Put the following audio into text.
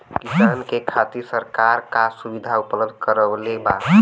किसान के खातिर सरकार का सुविधा उपलब्ध करवले बा?